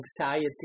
anxiety